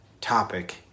topic